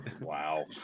Wow